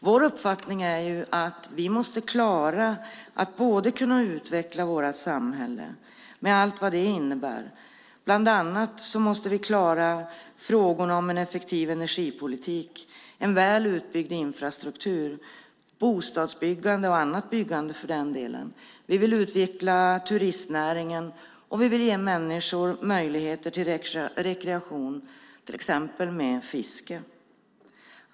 Vår uppfattning är att vi måste klara att utveckla vårt samhälle med allt vad det innebär. Bland annat måste vi klara frågorna om en effektiv energipolitik, en väl utbyggd infrastruktur, bostadsbyggande och annat byggande. Vi vill utveckla turistnäringen, och vi vill ge människor möjligheter till rekreation, till exempel med fiske.